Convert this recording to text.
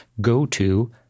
go-to